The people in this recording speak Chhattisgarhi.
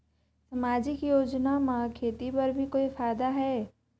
समाजिक योजना म खेती बर भी कोई फायदा है?